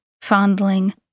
fondling